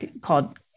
called